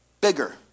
Bigger